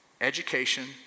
education